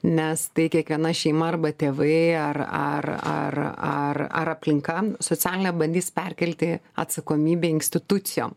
nes tai kiekviena šeima arba tėvai ar ar ar ar ar aplinka socialinė bandys perkelti atsakomybę institucijom